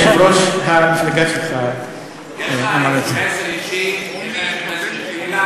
יש לך איזה מסר אישי אלי?